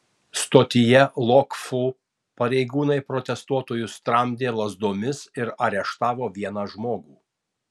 stotyje lok fu pareigūnai protestuotojus tramdė lazdomis ir areštavo vieną žmogų